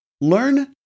Learn